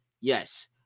Yes